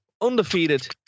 undefeated